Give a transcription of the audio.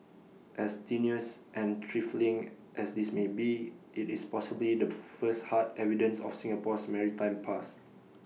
as tenuous and trifling as this may be IT is possibly the first hard evidence of Singapore's maritime past